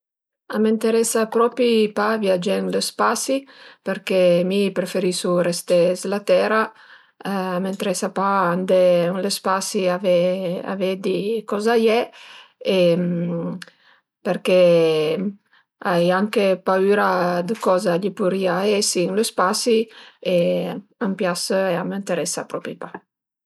A m'enteresa propi pa viagé ën lë spasi përché mi preferisu resté s'la tera, a m'enteresa pa andé ën lë spasi a ve a veddi coza a ie përché ai anche paüra dë coza ai purìa esi ën lë spasi e a m'pias a m'enteresa propi pa